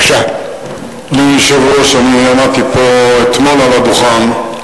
אדוני היושב-ראש, אני עמדתי פה אתמול על הדוכן,